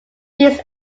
these